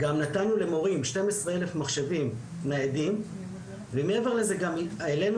וגם נתנו למורים 12 אלף מחשבים ניידים ומעבר לזה גם העלינו